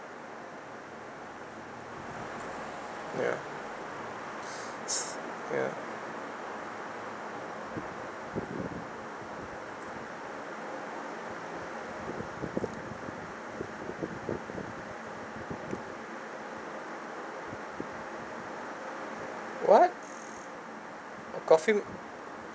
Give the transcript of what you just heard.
ya ya what a coffee